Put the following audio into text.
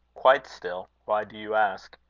quite still. why do you ask?